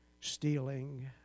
stealing